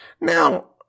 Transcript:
Now